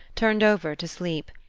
turned over to sleep.